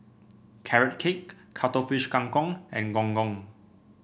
Carrot Cake Cuttlefish Kang Kong and Gong Gong